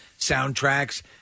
soundtracks